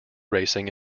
racing